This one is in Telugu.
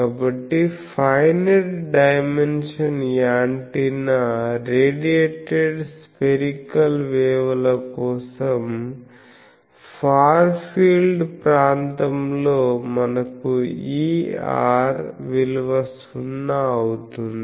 కాబట్టి finite dimension antenna radiated spherical wave ల కోసం ఫార్ ఫీల్డ్ ప్రాంతంలోమనకు Er విలువ సున్నా అవుతుంది